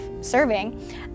serving